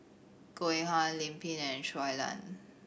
Goh Eng Han Lim Pin and Shui Lan